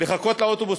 לחכות לאוטובוס,